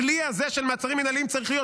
הכלי הזה של מעצרים מינהליים צריך להיות